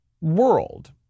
world